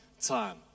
time